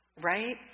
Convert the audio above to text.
Right